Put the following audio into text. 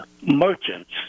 Merchants